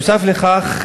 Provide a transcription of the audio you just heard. נוסף לכך,